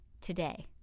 today